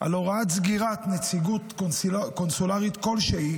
על הוראת סגירת נציגות קונסולרית כלשהי